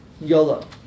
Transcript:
YOLO